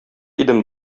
идем